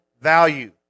value